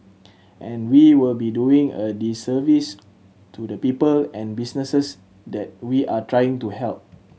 and we will be doing a disservice to the people and businesses that we are trying to help